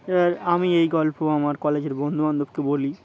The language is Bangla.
এ আমি এই গল্প আমার কলেজের বন্ধুবান্ধবকে বলি